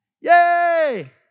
yay